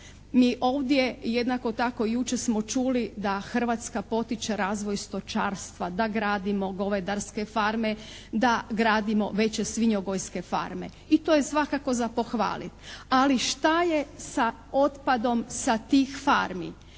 Mi ovdje jednako tako jučer smo čuli da Hrvatska potiče razvoj stočarstva, da gradimo govedarske farme, da gradimo veće svinjogojske farme i to je svakako za pohvaliti. Ali šta je sa otpadom sa tih farmi?